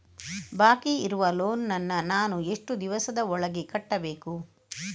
ಬಾಕಿ ಇರುವ ಲೋನ್ ನನ್ನ ನಾನು ಎಷ್ಟು ದಿವಸದ ಒಳಗೆ ಕಟ್ಟಬೇಕು?